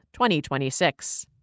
2026